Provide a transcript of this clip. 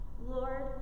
Lord